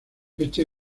este